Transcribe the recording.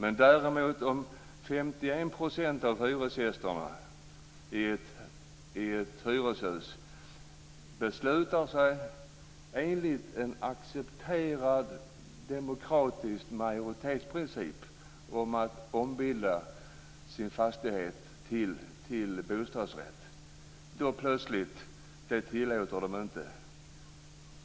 Om däremot 51 % av hyresgästerna i ett hyreshus enligt en accepterad demokratisk majoritetsprincip beslutar att ombilda sin fastighet till bostadsrätter tillåts det plötsligt inte.